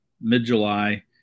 mid-July